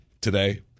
today